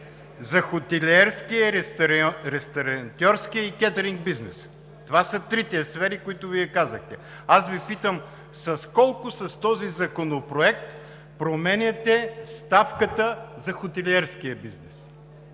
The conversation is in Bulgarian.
за хотелиерския, ресторантьорския и кетъринг бизнеса. Това са трите сфери, които казахте. Аз Ви питам: с колко с този законопроект променяте ставката за хотелиерския бизнес?